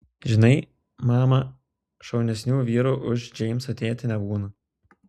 žinai mama šaunesnių vyrų už džeimso tėtį nebūna